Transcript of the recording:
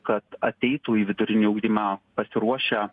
kad ateitų į vidurinį ugdymą pasiruošę